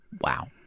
Wow